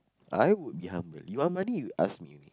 I would be humble you want money you ask me only